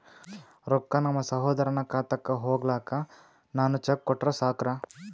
ರೊಕ್ಕ ನಮ್ಮಸಹೋದರನ ಖಾತಕ್ಕ ಹೋಗ್ಲಾಕ್ಕ ನಾನು ಚೆಕ್ ಕೊಟ್ರ ಸಾಕ್ರ?